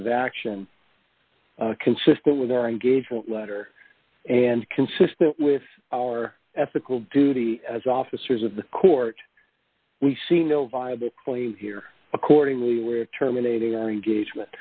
of action consistent with our engagement letter and consistent with our ethical duty as officers of the court we see no viable clean here accordingly we're terminating our engagement